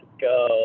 go